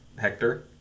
Hector